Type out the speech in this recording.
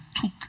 took